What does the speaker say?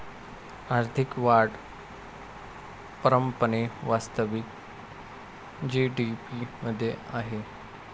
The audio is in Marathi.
आर्थिक वाढ परंपरेने वास्तविक जी.डी.पी मध्ये आहे